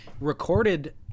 Recorded